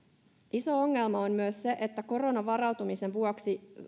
iso ongelma on myös se että koronavarautumisen vuoksi